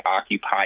occupy